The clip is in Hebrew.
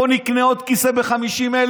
בוא נקנה עוד כיסא ב-50,000,